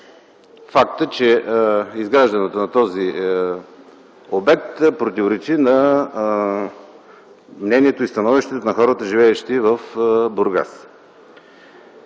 Факт е, че изграждането на този обект противоречи на мнението и становището на хората, живеещи в Бургас.